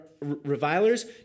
revilers